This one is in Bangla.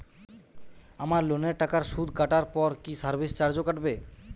আমার লোনের টাকার সুদ কাটারপর কি সার্ভিস চার্জও কাটবে?